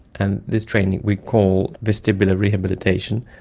and this training we call vestibular rehabilitation,